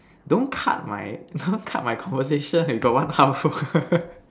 don't cut my don't cut my conversation we got one hour